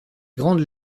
grandes